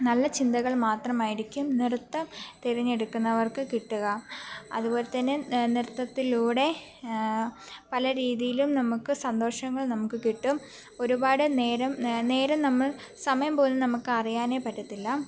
നല്ല ചിന്തകൾ മാത്രമായിരിക്കും നൃത്തം തിരഞ്ഞെടുക്കുന്നവർക്ക് കിട്ടുക അതുപോലെ തന്നെ നൃത്തത്തിലൂടെ പല രീതിയിലും നമുക്ക് സന്തോഷങ്ങൾ നമുക്ക് കിട്ടും ഒരുപാട് നേരം നേരം നമ്മൾ സമയം പോലും നമുക്കറിയാനേ പറ്റത്തില്ല